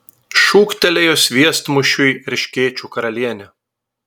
šūktelėjo sviestmušiui erškėčių karalienė